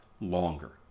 longer